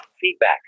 Feedback